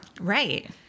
Right